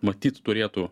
matyt turėtų